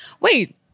Wait